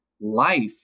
life